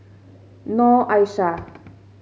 Noor Aishah